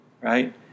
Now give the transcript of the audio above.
right